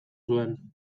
zuen